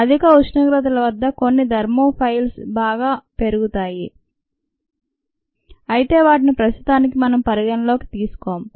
అధిక ఉష్ణోగ్రతల వద్ద కొన్ని థర్మోఫైల్స్ బాగా పెరుగుతాయి అయితే వాటిని ప్రస్తుతానికి మనం పరిగణనలోకి తీసుకోం